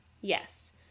Yes